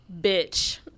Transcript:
Bitch